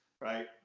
right